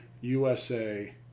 USA